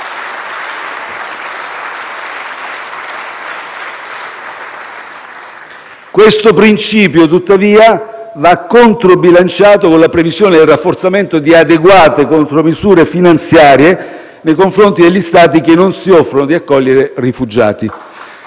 Questo principio, tuttavia, va controbilanciato con la previsione del rafforzamento di adeguate contromisure finanziarie nei confronti degli Stati che non si offrono di accogliere rifugiati.